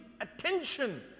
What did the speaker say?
attention